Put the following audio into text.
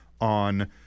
on